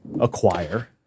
acquire